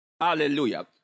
Hallelujah